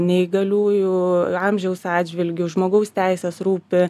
neįgaliųjų amžiaus atžvilgiu žmogaus teisės rūpi